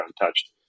untouched